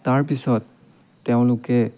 তাৰ পিছত তেওঁলোকে